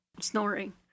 snoring